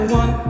one